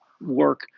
work